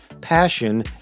Passion